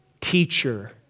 teacher